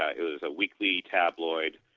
ah it was a weekly tabloid.